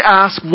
ask